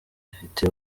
ifite